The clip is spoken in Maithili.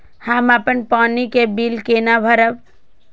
हम अपन पानी के बिल केना भरब?